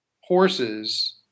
horses